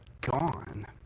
gone